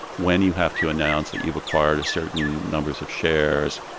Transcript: when you have to announce that you've acquired certain numbers of shares.